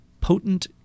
potent